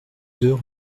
deux